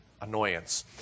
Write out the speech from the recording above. annoyance